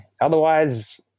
otherwise